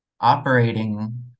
operating